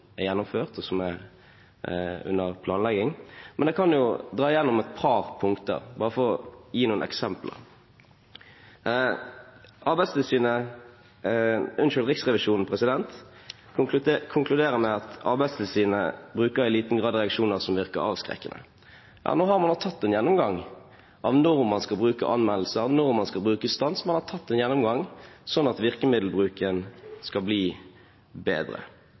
er gjennomført, og som er under planlegging. Men jeg kan jo dra igjennom et par punkter, bare for å gi noen eksempler. Riksrevisjonen konkluderer med at Arbeidstilsynet i liten grad bruker reaksjoner som virker avskrekkende. Ja, nå har man da tatt en gjennomgang av når man skal bruke anmeldelser, når man skal bruke stans, man har tatt en gjennomgang, sånn at virkemiddelbruken skal bli bedre.